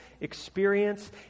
experience